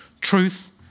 Truth